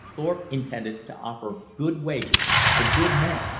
thorpe intended to offer good wages for good men.